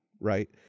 right